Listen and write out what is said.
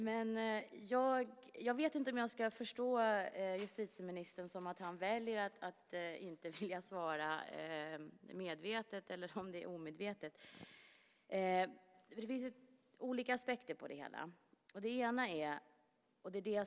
Herr talman! Jag vet inte om jag ska förstå det som att justitieministern medvetet väljer att inte svara eller om det är omedvetet. Det finns olika aspekter på det hela.